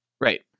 Right